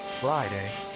Friday